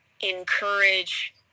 encourage